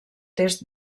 est